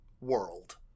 world